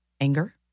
anger